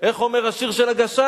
איך אומר השיר של "הגשש"?